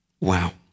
Wow